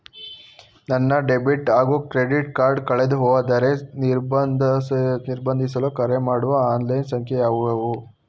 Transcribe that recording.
ನನ್ನ ಡೆಬಿಟ್ ಹಾಗೂ credit card ಕಳೆದುಹೋದರೆ ನಿರ್ಬಂಧಿಸಲು ಕರೆಮಾಡುವ ಆನ್ಲೈನ್ ಸಂಖ್ಯೆಯಾವುದು?